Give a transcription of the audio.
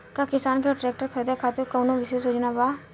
का किसान के ट्रैक्टर खरीदें खातिर कउनों विशेष योजना बा?